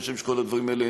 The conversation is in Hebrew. אני חושב שכל הדברים האלה,